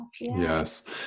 Yes